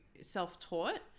self-taught